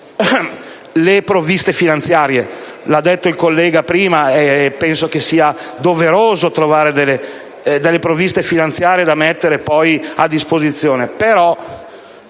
importante: come ha detto il collega prima, penso che sia doveroso trovare delle provviste finanziarie da mettere poi a disposizione):